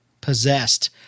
Possessed